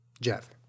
Jeff